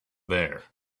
there